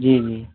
जी जी